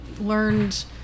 learned